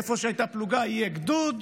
איפה שהייתה פלוגה, יהיה גדוד,